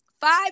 five